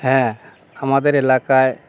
হ্যাঁ আমাদের এলাকায়